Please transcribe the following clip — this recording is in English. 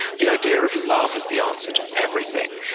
the idea of love as the answer to everything.